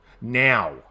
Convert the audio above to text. now